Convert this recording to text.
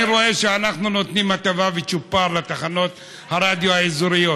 אני רואה שאנחנו נותנים הטבה וצ'ופר לתחנות הרדיו האזוריות,